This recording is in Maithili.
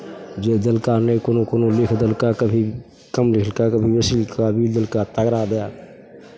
जे देलका नहि कोनो कोनो लिख देलका कभी कम लिखलका कभी बेसी लिखला बिल देलका तगड़ा दए